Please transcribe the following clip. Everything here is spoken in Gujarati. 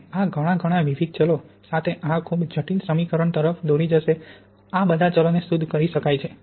અને આ ઘણા ઘણા વિવિધ ચલો સાથે આ ખૂબ જટિલ સમીકરણ તરફ દોરી જશે અને આ બધા ચલોને શુદ્ધ કરી શકાય છે